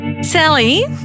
Sally